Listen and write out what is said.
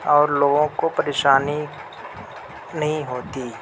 اور لوگوں کو پریشانی نہیں ہوتی